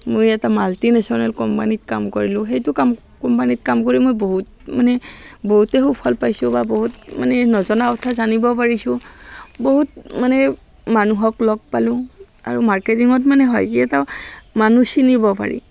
মই এটা মাল্টিনেশ্যনেল কোম্পানীত কাম কৰিলোঁ সেইটো কাম কোম্পানীত কাম কৰি মই বহুত মানে বহুতেই সুফল পাইছোঁ বা বহুত মানে নজনা কথা জানিব পাৰিছোঁ বহুত মানে মানুহক লগ পালোঁ আৰু মাৰ্কেটিঙত মানে হয় কি এটা মানুহ চিনিব পাৰি